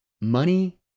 Money